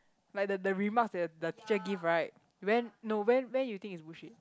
like the the remarks that the the teacher give right when no when when you think is bullshit